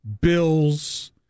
Bills